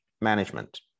management